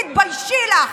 תתביישי לך.